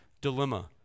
dilemma